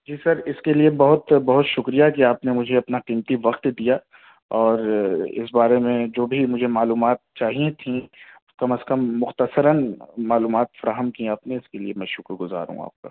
جی sir اس کے لیے بہت بہت شکریہ کہ آپ نے مجھے اپنا قیمتی وقت دیا اور اس بارے میں جو بھی مجھے معلومات چاہیے تھیں کم از کم مختصراً معلومات فراہم کیں آپ نے اس کے لیے میں شکر گزار ہوں آپ کا